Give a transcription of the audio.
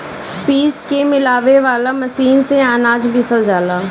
पीस के मिलावे वाला मशीन से अनाज पिसल जाला